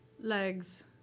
legs